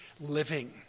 living